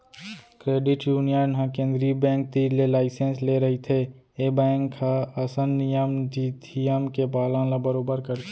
credit union ह केंद्रीय bank तीर ले लाइसेंस ले रहिथे ए ह बेंक असन नियम धियम के पालन ल बरोबर करथे